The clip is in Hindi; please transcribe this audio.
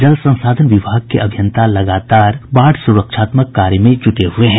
जल संसाधन विभाग के अभियंता बाढ़ सुरक्षात्मक कार्य में जुटे हुये हैं